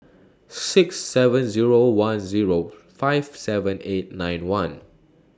six seven Zero one Zero five seven eight nine one